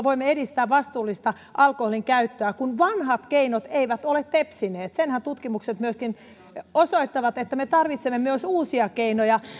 voimme edistää vastuullista alkoholinkäyttöä kun vanhat keinot eivät ole tepsineet senhän myöskin tutkimukset osoittavat että me tarvitsemme myös uusia keinoja